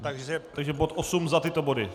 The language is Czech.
Takže bod 8 za tyto body.